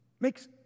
Makes